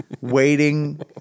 waiting